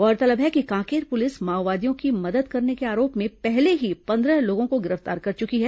गौरतलब है कि कांकेर पुलिस माओवादियों की मदद करने के आरोप में पहले ही पंद्रह लोगों को गिरफ्तार कर चुकी है